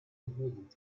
gegeben